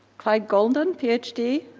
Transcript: clyde goulden, ph d,